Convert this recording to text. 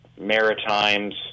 Maritimes